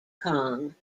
kong